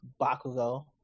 Bakugo